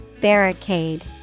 Barricade